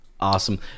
Awesome